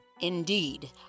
Indeed